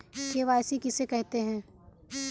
KYC किसे कहते हैं?